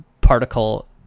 particle